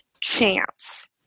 chance